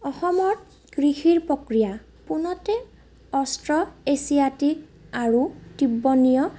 অসমত কৃষিৰ প্ৰক্ৰিয়া পুনতে অষ্ট্ৰো এছিয়াটিক আৰু তিব্বতীয়